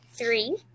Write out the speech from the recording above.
Three